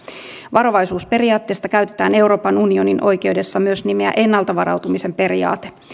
varovaisuusperiaatteesta käytetään euroopan unionin oikeudessa myös nimeä ennalta varautumisen periaate